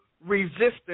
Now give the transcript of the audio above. resistance